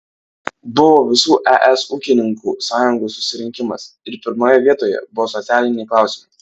buvo visų es ūkininkų sąjungų susirinkimas ir pirmoje vietoje buvo socialiniai klausimai